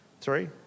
Three